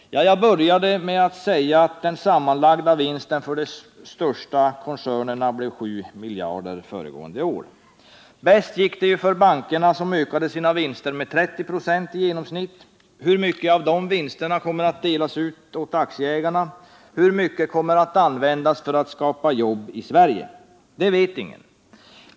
Jag började med att säga att den sammanlagda vinsten för de största koncernerna blev 7 miljarder föregående år. Bäst gick det för bankerna, som ökade sina vinster med 30 96 i genomsnitt. Hur mycket av de vinsterna kommer att delas ut till aktieägarna? Hur mycket kommer att användas för att skapa nya jobb i Sverige? Det vet ingen.